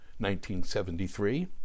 1973